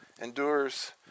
endures